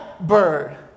bird